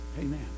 Amen